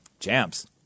Champs